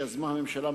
שיזמה הממשלה,